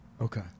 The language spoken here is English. Okay